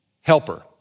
Helper